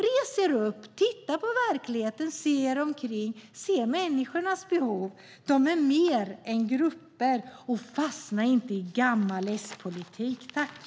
Res er upp, titta på verkligheten, se er omkring, se människornas behov! De är mer än grupper. Fastna inte i gammal S-politik! I detta anförande instämde Annika Eclund .